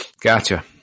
Gotcha